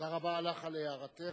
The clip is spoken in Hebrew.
תודה רבה לך על הערתך.